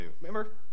Remember